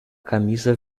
camisa